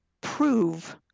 prove